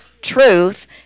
truth